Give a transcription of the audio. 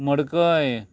मडकय